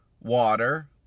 water